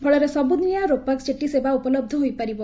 ଫଳରେ ସବୁଦିନିଆ ropax jetty ସେବା ଉପଲହ୍ସ ହୋଇପାରିବ